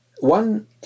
One